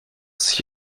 sich